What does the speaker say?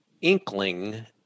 inkling